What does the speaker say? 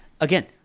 again